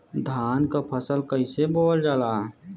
धान क फसल कईसे बोवल जाला?